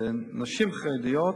נשים חרדיות